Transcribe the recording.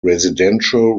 residential